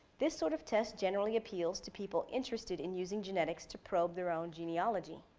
this sort of test generally appeals to people interested in using genetics to probe their own genealogy.